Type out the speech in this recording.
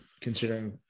considering